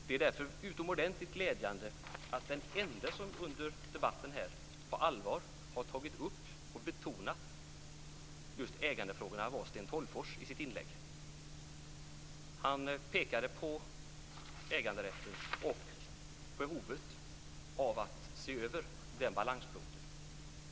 Det är därför utomordentligt glädjande att den ende som under debatten i sitt inlägg på allvar har tagit upp och betonat just ägandefrågorna är Sten Tolgfors. Han pekade på äganderätten och behovet av att se över den balanspunkten.